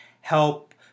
help